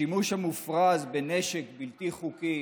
השימוש המופרז בנשק בלתי חוקי